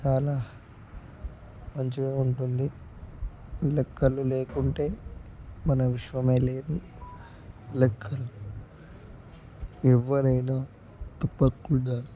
చాలా మంచిగా ఉంటుంది లెక్కలు లేకుంటే మన విశ్వమే లేదు లెక్కలు ఎవరైనా తప్పకుండా